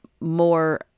more